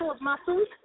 muscles